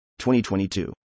2022